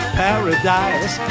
paradise